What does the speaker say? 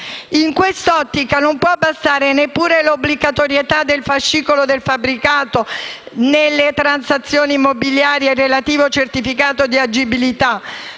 In quest'ottica non può bastare neppure l'obbligatorietà del fascicolo del fabbricato nelle transazioni immobiliari e relativo certificato di agibilità,